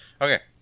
Okay